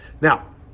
Now